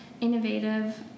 innovative